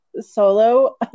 solo